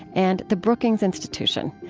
and the brookings institution.